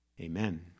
Amen